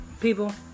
people